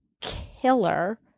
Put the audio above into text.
killer